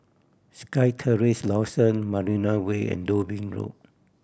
SkyTerrace Dawson Marina Way and Dublin Road